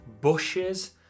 bushes